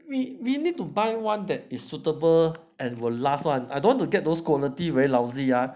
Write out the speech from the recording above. we we need to buy one that is suitable and will last one I don't want to get those quality very lousy ah